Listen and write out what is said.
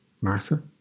Martha